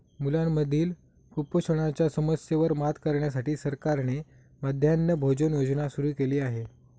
मुलांमधील कुपोषणाच्या समस्येवर मात करण्यासाठी सरकारने मध्यान्ह भोजन योजना सुरू केली आहे